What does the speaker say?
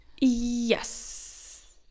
Yes